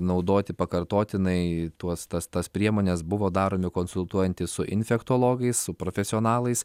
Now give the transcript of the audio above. naudoti pakartotinai tuos tas tas priemones buvo daromi konsultuojantis su infektologais su profesionalais